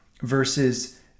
versus